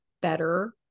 better